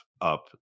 up